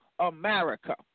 America